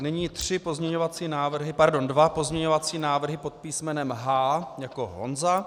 Nyní tři pozměňovací návrhy, pardon, dva pozměňovací návrhy pod písmenem H jako Honza.